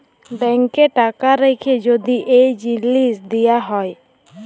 ব্যাংকে টাকা রাখ্যে যদি এই জিলিস দিয়া হ্যয়